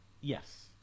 Yes